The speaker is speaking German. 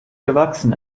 gewachsen